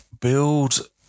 build